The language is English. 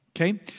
Okay